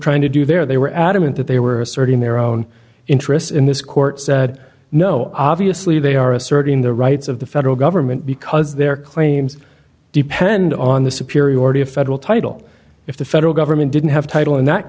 trying to do there they were adamant that they were asserting their own interests in this court said no obviously they are asserting the rights of the federal government because their claims depend on the superiority of federal title if the federal government didn't have title in that